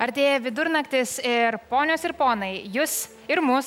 artėja vidurnaktis ir ponios ir ponai jus ir mus